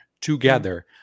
together